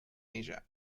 asia